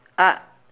ah